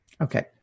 Okay